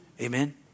Amen